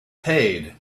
paid